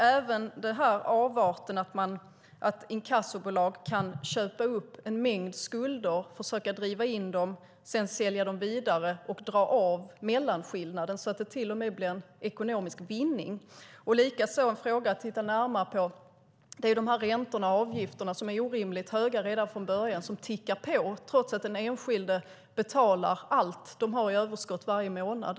Det gäller även avarten att inkassobolag kan köpa upp en mängd skulder, försöka driva in dem, sedan sälja dem vidare och dra av mellanskillnaden så att det till och med blir en ekonomisk vinning. En annan fråga att titta närmare på är de räntor och avgifter som är orimligt höga redan från början och som tickar på trots att den enskilde betalar allt han har i överskott varje månad.